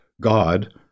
God